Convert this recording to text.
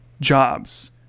jobs